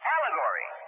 Allegory